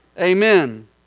Amen